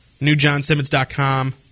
newjohnsimmons.com